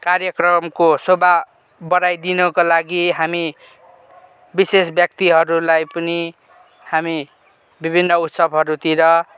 कार्यक्रमको शोभा बढाइदिनको लागि हामी विशेष ब्याक्तिहरूलाई पनि हामी विभिन्न उत्सवहरूतिर